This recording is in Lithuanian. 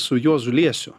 su juozu liesiu